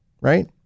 right